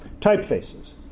typefaces